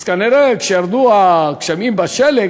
אז כנראה כשירדו הגשמים בזמן השלג,